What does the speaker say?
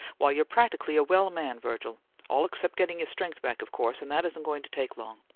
why, you're practically a well man, virgil all except getting your strength back, of course, and that isn't going to take long.